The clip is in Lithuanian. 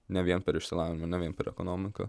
ne vien per išsilavinimą ne vien per ekonomiką